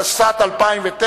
התשס"ט 2009,